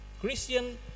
Christian